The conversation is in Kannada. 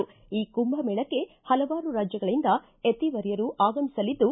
ಈ ಕುಂಭಮೇಳಕ್ಕೆ ಹಲವಾರು ರಾಜ್ಞಗಳಿಂದ ಯತಿವರ್ಯರು ಆಗಮಿಸಲಿದ್ದು